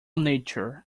nature